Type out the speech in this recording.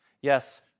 Yes